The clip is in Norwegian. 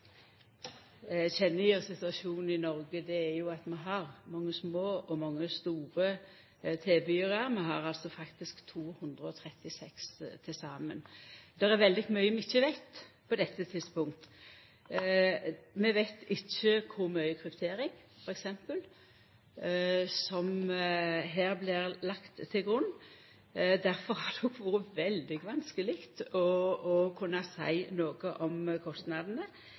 som kjenneteiknar situasjonen i Noreg, er at vi har mange små og mange store tilbydarar – vi har faktisk 236 til saman. Det er veldig mykje vi ikkje veit på dette tidspunktet. Vi veit f.eks. ikkje kor mykje kryptering som her blir lagd til grunn. Difor har det òg vore veldig vanskeleg å kunna seia noko om kostnadene.